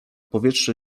powietrze